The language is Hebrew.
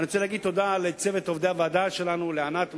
אני רוצה להגיד תודה לצוות עובדי הוועדה שלנו: לענת,